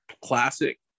classic